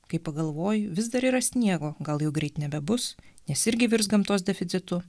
kai pagalvoju vis dar yra sniego gal jau greit nebebus nes irgi virs gamtos deficitu